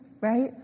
right